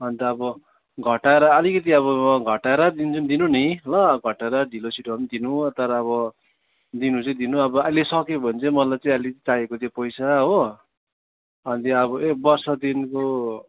अन्त अब घटाएर अलिकति अब घटाएर तिमी चाहिँ दिनु नि ल घटाएर ढिलो छिटो भए पनि दिनु तर अब दिनु चाहिँ दिनु अब अहिले सकियो भने चाहिँ मलाई चाहिँ अलिक चाहिएको थियो पैसा हो अनि त्यो अब वर्ष दिनको